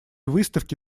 выставки